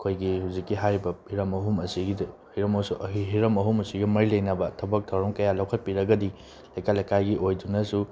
ꯑꯩꯈꯣꯏꯒꯤ ꯍꯧꯖꯤꯛꯀꯤ ꯍꯥꯏꯔꯤꯕ ꯍꯤꯔꯝ ꯑꯍꯨꯝ ꯑꯁꯤꯒꯤ ꯍꯤꯔꯝ ꯑꯍꯨꯝ ꯑꯁꯤꯒ ꯃꯔꯤ ꯂꯩꯅꯕ ꯊꯕꯛ ꯊꯧꯔꯝ ꯀꯌꯥ ꯂꯧꯈꯠꯄꯤꯔꯒꯗꯤ ꯂꯩꯀꯥꯏ ꯂꯩꯀꯥꯏꯒꯤ ꯑꯣꯏꯗꯨꯅꯁꯨ